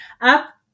up